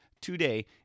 today